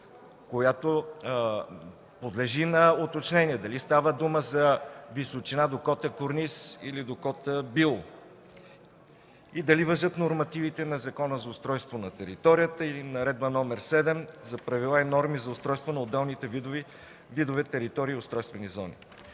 която подлежи на уточнение – дали става дума за височина до кота „корниз”, или до кота „било”; и дали важат нормативите на Закона за устройство на територията, или Наредба № 7 за Правила и норми за устройство на отделните видове територии и устройствени зони.